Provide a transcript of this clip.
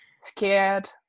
scared